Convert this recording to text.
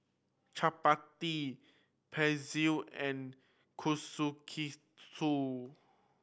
Chapati Pretzel and Kushikatsu